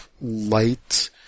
light